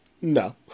No